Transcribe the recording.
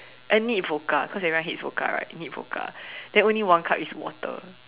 a neat vodka cause everyone hates vodka right neat vodka then only one cup is water